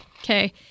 Okay